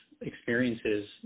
Experiences